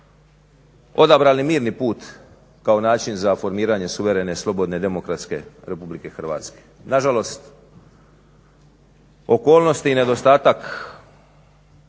odabrali mirni put kao način za formiranje suverene, slobodne, demokratske RH. Na žalost, okolnosti i nedostatak